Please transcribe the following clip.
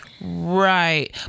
Right